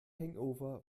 hangover